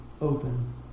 open